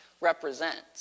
represent